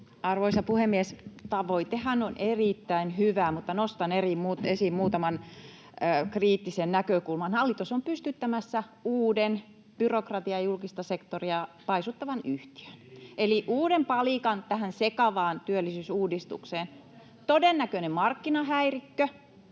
Arvoisa puhemies! Tavoitehan on erittäin hyvä, mutta nostan esiin muutaman kriittisen näkökulman. Hallitus on pystyttämässä uuden byrokratiaa ja julkista sektoria paisuttavan yhtiön [Antti Lindtman: Ei kai!